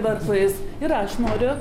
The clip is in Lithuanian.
varpais ir aš noriu